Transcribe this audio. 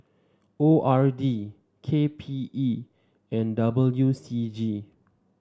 O R D K P E and W C G